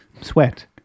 sweat